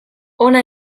hona